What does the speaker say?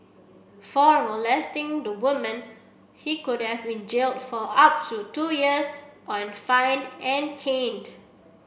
for molesting the woman he could have been jailed for up to two years and fined an caned